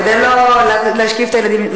כדי לא להשכיב את הילדים.